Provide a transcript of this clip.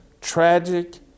tragic